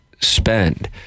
spend